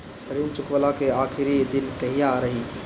ऋण चुकव्ला के आखिरी दिन कहिया रही?